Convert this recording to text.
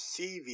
CV